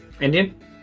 Indian